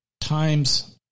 times